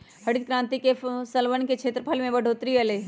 हरित क्रांति से फसलवन के क्षेत्रफल में बढ़ोतरी अई लय